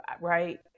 right